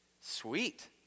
sweet